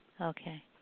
Okay